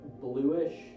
bluish